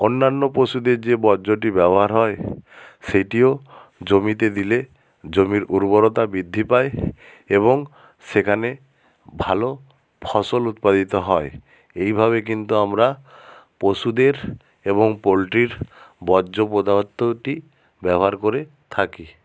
অন্যান্য পশুদের যে বর্জটি ব্যবহার হয় সেটিও জমিতে দিলে জমির উর্বরতা বৃদ্ধি পায় এবং সেখানে ভালো ফসল উৎপাদিত হয় এইভাবে কিন্তু আমরা পশুদের এবং পোলট্রির বর্জ পদার্থটি ব্যবহার করে থাকি